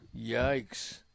Yikes